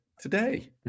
today